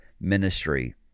ministry